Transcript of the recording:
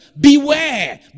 beware